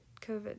COVID